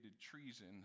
treason